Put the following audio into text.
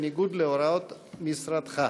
בניגוד להוראות משרדך.